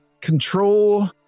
control